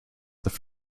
their